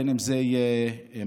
בין שזה מסגדים,